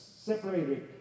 separated